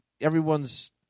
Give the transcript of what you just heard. everyone's